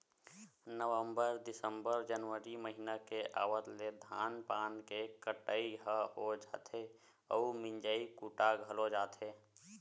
नवंबर, दिंसबर, जनवरी महिना के आवत ले धान पान के कटई ह हो जाथे अउ मिंजा कुटा घलोक जाथे